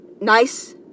nice